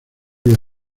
vía